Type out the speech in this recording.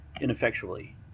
ineffectually